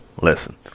Listen